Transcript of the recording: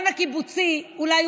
תודה רבה, אדוני היושב-ראש.